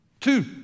Two